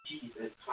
Jesus